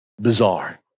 bizarre